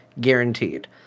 guaranteed